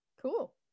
Cool